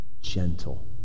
gentle